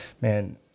man